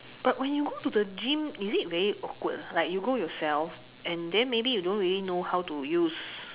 but when you go to the gym is it very awkward ah like you go yourself and then maybe you don't really know how to use